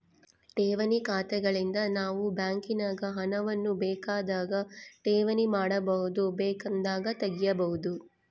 ಠೇವಣಿ ಖಾತೆಗಳಿಂದ ನಾವು ಬ್ಯಾಂಕಿನಾಗ ಹಣವನ್ನು ಬೇಕಾದಾಗ ಠೇವಣಿ ಮಾಡಬಹುದು, ಬೇಕೆಂದಾಗ ತೆಗೆಯಬಹುದು